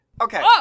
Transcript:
okay